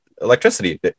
electricity